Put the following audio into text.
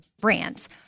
brands